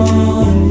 on